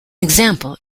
example